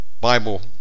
Bible